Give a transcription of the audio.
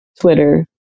Twitter